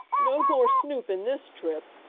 no more snoop in this trip,